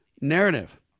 narrative